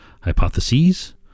hypotheses